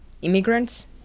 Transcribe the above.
Immigrants